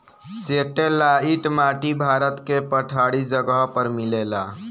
satellite माटी भारत के पठारी जगह पर मिलेला